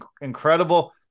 incredible